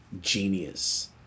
genius